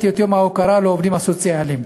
את יום ההוקרה לעובדים הסוציאליים.